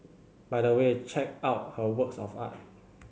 by the way check out her works of art